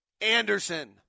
Anderson